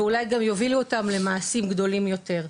ואולי גם יובילו אותם למעשים גדולים יותר,